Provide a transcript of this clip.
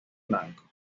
blanco